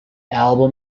album